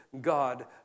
God